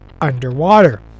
Underwater